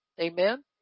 Amen